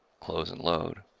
close and load.